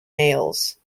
males